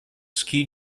ski